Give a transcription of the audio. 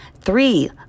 Three